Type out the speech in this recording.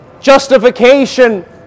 justification